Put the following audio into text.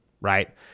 right